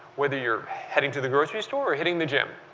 whether you're heading to the grocery store or hitting the gym.